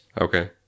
Okay